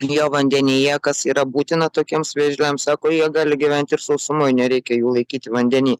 jo vandenyje kas yra būtina tokiems vėžliams sako jie gali gyventi ir sausumoj nereikia jų laikyti vandeny